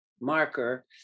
marker